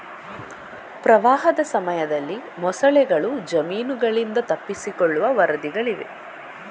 ಪ್ರವಾಹದ ಸಮಯದಲ್ಲಿ ಮೊಸಳೆಗಳು ಜಮೀನುಗಳಿಂದ ತಪ್ಪಿಸಿಕೊಳ್ಳುವ ವರದಿಗಳಿವೆ